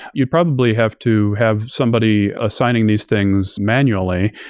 you probably have to have somebody assigning these things manually.